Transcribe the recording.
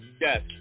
Yes